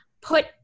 put